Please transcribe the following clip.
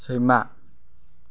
सैमा